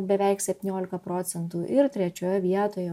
beveik septyniolika procentų ir trečioje vietoje